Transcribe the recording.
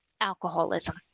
alcoholism